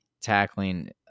tackling